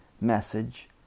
message